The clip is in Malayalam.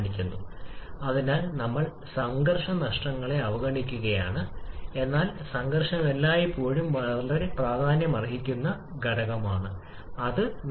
5 അതിനാൽ ഇവിടെ നിന്ന് നമുക്ക് അത് ലഭിക്കുന്നു 1 മോളിലെ മീഥെയ്ൻ പൂർണ്ണമായി ജ്വലിക്കാൻ 16 ആണ് കിലോ മീഥെയ്ൻ 274